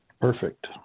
Perfect